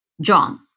John